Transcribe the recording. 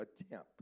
attempt